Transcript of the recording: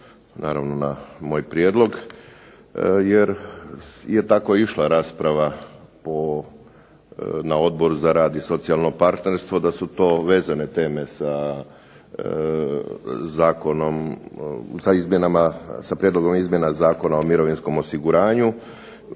naravno na moj prijedlog jer je tako išla rasprava na Odbor za rad i socijalno partnerstvo da su to vezane teme sa Prijedlogom izmjena Zakona o mirovinskom osiguranju,